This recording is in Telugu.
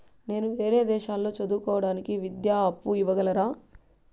నేను వేరే దేశాల్లో చదువు కోవడానికి విద్యా అప్పు ఇవ్వగలరా?